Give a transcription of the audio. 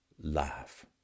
laugh